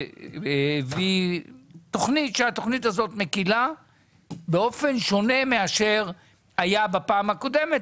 הביא תכנית כשהתכנית הזו מקלה באופן שונה מאשר היה בפעם הקודמת,